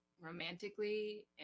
romantically